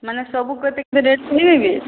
ମାନେ ସବୁ ଗୋଟେ ଗୋଟେ ଦେଇଦେବି